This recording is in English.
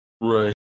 Right